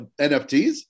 NFTs